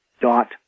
dot